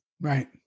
Right